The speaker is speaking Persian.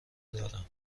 دارم